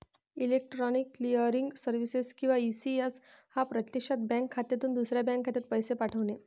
electronic clearing services किंवा ECS हा प्रत्यक्षात बँक खात्यातून दुसऱ्या बँक खात्यात पैसे पाठवणे